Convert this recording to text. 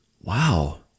Wow